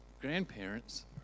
grandparents